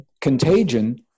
contagion